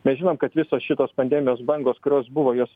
mes žinom kad visos šitos pandemijos bangos kurios buvo jos